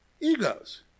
Egos